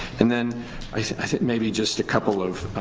and then i think maybe just a couple of